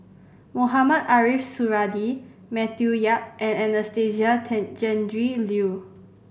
Mohamed Ariff Suradi Matthew Yap and Anastasia Tjendri Liew